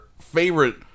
favorite